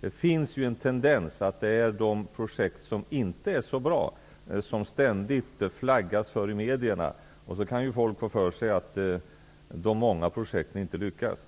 Det finns en tendens till att det är de projekt som inte är så bra som det ständigt flaggas för i media. Folk kan därför få för sig att många projekt inte lyckas.